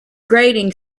grating